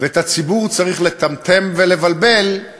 ואת הציבור צריך לטמטם ולבלבל